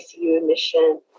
emission